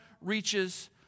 reaches